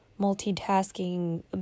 multitasking